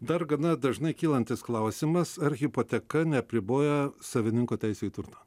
dar gana dažnai kylantis klausimas ar hipoteka neapriboja savininko teisių į turtą